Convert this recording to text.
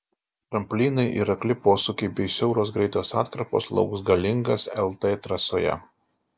tramplynai ir akli posūkiai bei siauros greitos atkarpos lauks galingas lt trasoje